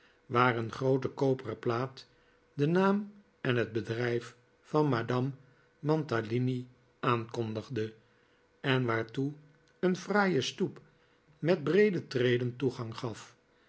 waar een groote koperen plaat den naara en het bedrijf van madame mantalini aankondigde en waartoe een fraaie stoep met breede treden toegang gaf